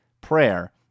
prayer